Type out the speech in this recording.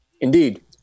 Indeed